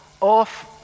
off